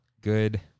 Good